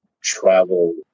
travel